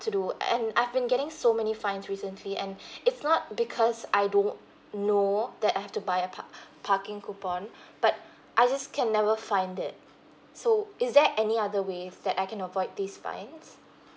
to do and I've been getting so many fines recently and it's not because I don't know that I have to buy a park~ parking coupon but I just can never find it so is there any other ways that I can avoid these fines